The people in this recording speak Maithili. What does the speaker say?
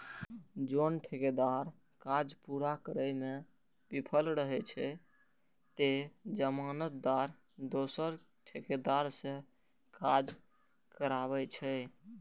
जौं ठेकेदार काज पूरा करै मे विफल रहै छै, ते जमानतदार दोसर ठेकेदार सं काज कराबै छै